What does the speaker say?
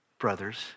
Brothers